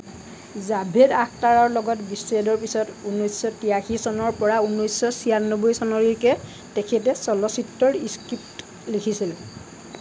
জাভেদ আখতাৰৰ লগত বিচ্ছেদৰ পিছত উনৈছশ তিৰাশী চনৰ পৰা উনৈছশ ছিয়ান্নব্বৈ চনলৈকে তেখেতে চলচ্চিত্ৰৰ স্ক্ৰিপ্ট লিখিছিল